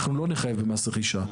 אנחנו לא נחייב במס רכישה.